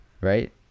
Right